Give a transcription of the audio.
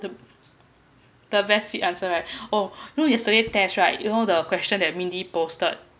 the the answer oh know yesterday test right you know the question that mindy posted